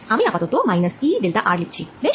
আমি আপাতত -E delta r লিখছি বেশ